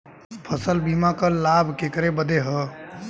फसल बीमा क लाभ केकरे बदे ह?